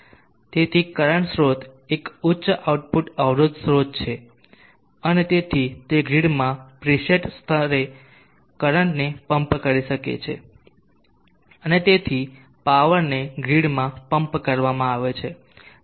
તેથી કરંટ સ્રોત એક ઉચ્ચ આઉટપુટ અવરોધ સ્રોત છે અને તેથી તે ગ્રિડમાં પ્રીસેટ સ્તરે કરંટને પંપ કરી શકે છે અને તેથી પાવરને ગ્રીડમાં પમ્પ કરવામાં આવે છે